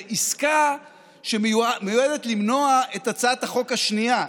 עסקה שמיועדת למנוע את הצעת החוק השנייה.